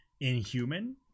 inhuman